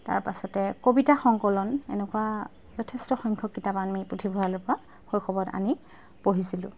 তাৰপাছতে কবিতা সংকলন এনেকুৱা যথেষ্ট সংখ্যক কিতাপ আমি পুথিভঁৰালৰ পৰা শৈশৱত আনি পঢ়িছিলোঁ